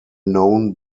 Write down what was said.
known